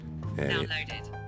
Downloaded